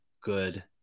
good